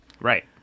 Right